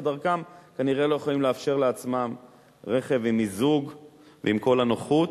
דרכם כנראה לא יכולים לאפשר לעצמם רכב עם מיזוג ועם כל הנוחות,